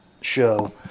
show